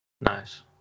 Nice